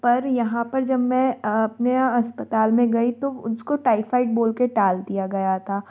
पर यहाँ पर जब मैं अपने अस्पताल में गई तो उसको टाइफाइड बोल के टाल दिया गया था